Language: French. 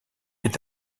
est